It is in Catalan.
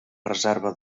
reserva